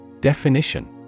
Definition